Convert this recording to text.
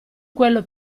quello